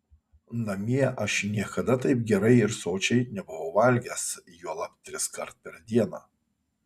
namie aš niekada taip gerai ir sočiai nebuvau valgęs juolab triskart per dieną